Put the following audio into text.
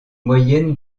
moyenne